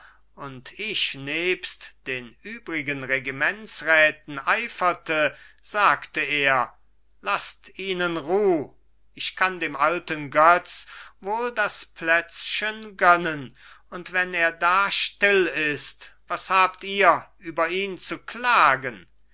und ich nebst den übrigen regimentsräten eiferte sagte er laßt ihnen ruh ich kann dem alten götz wohl das plätzchen gönnen und wenn er da still ist was habt ihr über ihn zu klagen